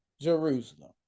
Jerusalem